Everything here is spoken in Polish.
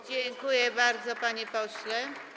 Dziękuję bardzo, panie pośle.